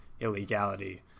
illegality